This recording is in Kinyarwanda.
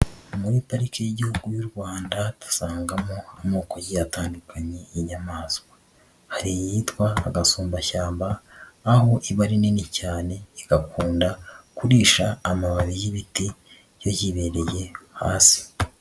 Muri Pariki y'Igihugu y'u Rwanda, dusangamo amoko agiye atandukanye y'inyamaswa, hari iyitwa agasumbashyamba, aho iba ari nini cyane igakunda kurisha amababi y'ibiti yo yibereye hasi.